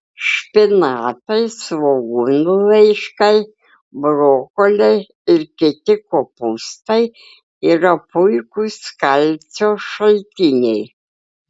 špinatai svogūnų laiškai brokoliai ir kiti kopūstai yra puikūs kalcio šaltiniai